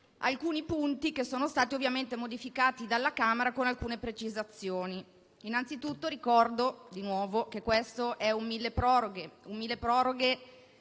alcuni punti che sono stati modificati dalla Camera, con alcune precisazioni. Innanzitutto, ricordo, di nuovo, che questo è un milleproroghe, un milleproroghe